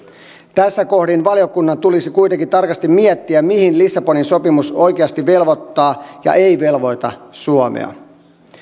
tässä kohdin valiokunnan tulisi kuitenkin tarkasti miettiä mihin lissabonin sopimus oikeasti velvoittaa ja ei velvoita suomea